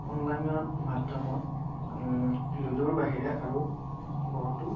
অনলাইনত মাধ্যমত লুডুৰ বাহিৰে আৰু বহুতো